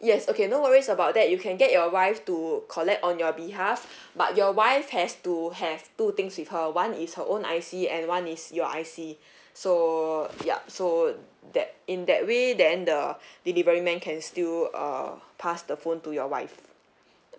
yes okay no worries about that you can get your wife to collect on your behalf but your wife has to have two things with her one is her own I_C and one is your I_C so yup so that in that way then the delivery man can still uh pass the phone to your wife